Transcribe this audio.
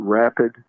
rapid